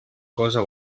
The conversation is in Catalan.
cosa